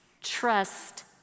Trust